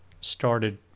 started